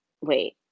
wait